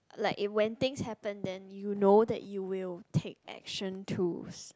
like when things happen then you know that you will take action too